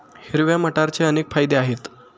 हिरव्या मटारचे अनेक फायदे आहेत